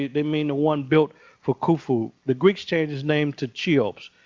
they mean the one built for khufu. the greeks changed his name to cheops.